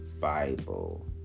Bible